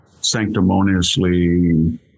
sanctimoniously